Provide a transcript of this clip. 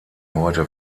heute